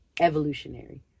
Evolutionary